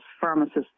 pharmacists